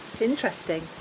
Interesting